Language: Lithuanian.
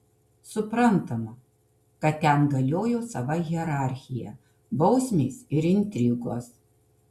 suprantama kad ten galiojo sava hierarchija bausmės ir intrigos